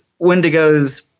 wendigos